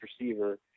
receiver